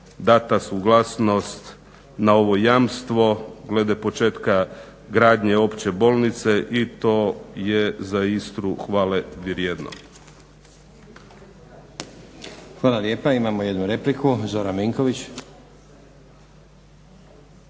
dana suglasnost na ovo jamstvo glede početka gradnje opće bolnice i to je za Istru hvale vrijedno. **Stazić, Nenad (SDP)** Hvala lijepo. Imamo jednu repliku. Zoran Vinković.